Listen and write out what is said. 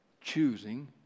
Choosing